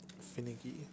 finicky